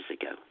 ago